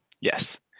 Yes